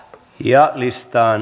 ja listaan